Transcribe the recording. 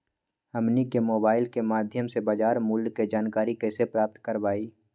हमनी के मोबाइल के माध्यम से बाजार मूल्य के जानकारी कैसे प्राप्त करवाई?